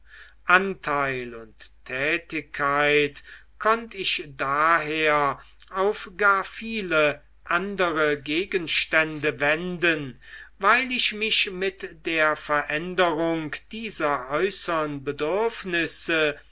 anteil und tätigkeit konnt ich daher auf gar viele andere gegenstände wenden weil ich mich mit der veränderung dieser äußern bedürfnisse